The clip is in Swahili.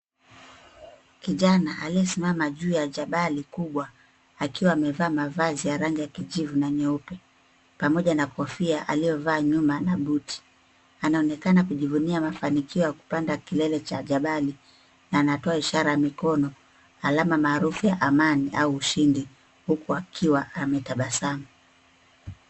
Kijana aliyesimama juu ya jabali kubwa akiwa amevaa mavazi ya rangi ya kijivu na nyeupe pamoja na kofia aliyovaa nyuma na boot .Anaonekana kujivunia mafanikio ya kupanda kilele cha jabali na anatoa ishara ya mikono, alama maarufu ya amani au ushindi huku akiwa ametabasamu.